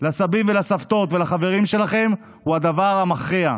הסבים והסבתות והחברים שלכם הוא הדבר המכריע.